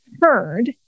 heard